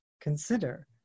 consider